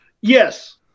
yes